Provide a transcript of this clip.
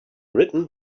written